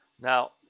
Now